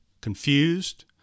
confused